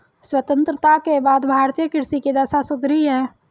स्वतंत्रता के बाद भारतीय कृषि की दशा सुधरी है